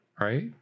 right